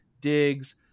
digs